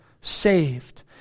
saved